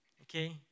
okay